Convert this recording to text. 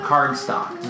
Cardstock